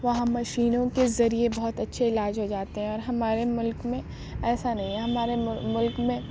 وہاں مشینوں کے ذریعہ بہت اچھے علاج ہو جاتے ہیں اور ہمارے ملک میں ایسا نہیں ہے ہمارے ملک میں